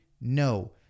No